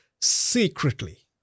secretly